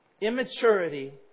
immaturity